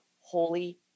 holy